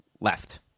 left